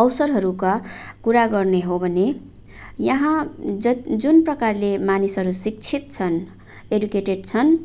अवसरहरूका कुरा गर्ने हो भने यहाँ ज जुन प्रकारले मानिसहरू शिक्षित छन् एडुकेटेड छन्